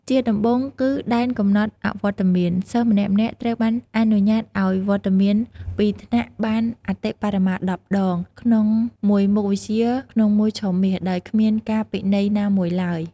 ជាដំបូងគឺ ដែនកំណត់អវត្តមាន សិស្សម្នាក់ៗត្រូវបានអនុញ្ញាតឱ្យអវត្តមានពីថ្នាក់រៀនបាន អតិបរមា ១០ ដង ក្នុងមួយមុខវិជ្ជាក្នុងមួយឆមាស ដោយគ្មានការពិន័យណាមួយឡើយ។